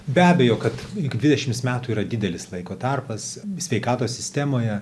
be abejo kad dvidešims metų yra didelis laiko tarpas sveikatos sistemoje